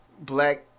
black